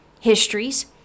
histories